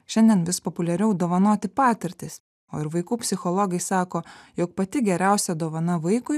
šiandien vis populiariau dovanoti patirtis o ir vaikų psichologai sako jog pati geriausia dovana vaikui